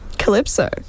Calypso